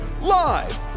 Live